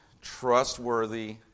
trustworthy